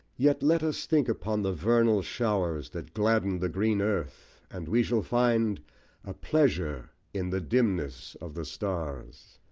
yet let us think upon the vernal showers that gladden the green earth, and we shall find a pleasure in the dimness of the stars.